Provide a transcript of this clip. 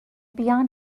beyond